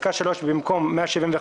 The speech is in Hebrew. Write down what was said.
(ג)בפסקה (3), במקום "171.9%"